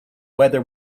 whether